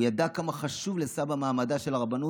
הוא ידע כמה חשוב לסבא מעמדה של הרבנות.